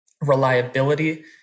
reliability